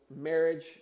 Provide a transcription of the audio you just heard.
marriage